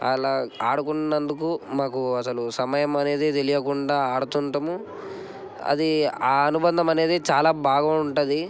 అలా ఆడుకున్నందుకు మాకు అసలు సమయం అనేది తెలియకుండా ఆడుతుంటాము అది ఆ అనుబంధం అనేది చాలా బాగా ఉంటుంది